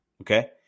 okay